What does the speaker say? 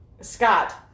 Scott